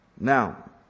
Now